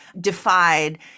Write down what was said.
defied